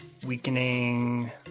weakening